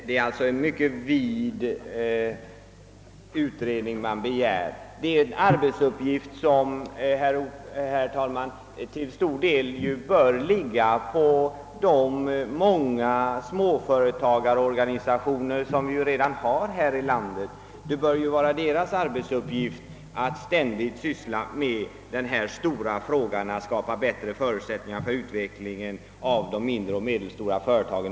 Det är sålunda en mycket vittomfattande utredning man begär. Det är en arbetsuppgift som, herr talman, till stor del bör ligga på de många småföretagarorganisationer som vi redan har här i landet. Det bör vara deras arbetsuppgift att ständigt syssla med den stora uppgiften att skapa bättre förutsättningar för utvecklingen av mindre och medelstora företag.